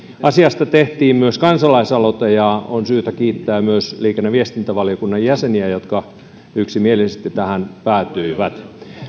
asiasta tehtiin myös kansalaisaloite ja on syytä kiittää myös liikenne ja viestintävaliokunnan jäseniä jotka yksimielisesti tähän päätyivät